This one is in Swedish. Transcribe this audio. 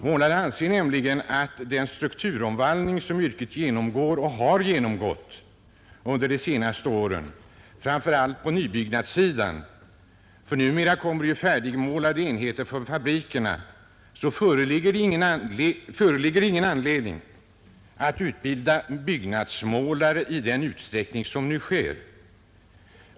Målarna menar nämligen att det med tanke på den strukturomvandling som yrket genomgår och har genomgått under de senaste åren — framför allt på byggnadssidan, ty numera kommer ju färdigmålade enheter från fabrikerna — inte föreligger någon anledning att utbilda byggnadsmäålare i den utsträckning som nu sker.